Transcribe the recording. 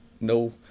no